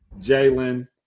Jalen